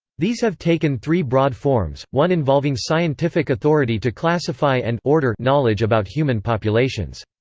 these have taken three broad forms one involving scientific authority to classify and order knowledge about human populations.